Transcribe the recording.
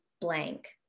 blank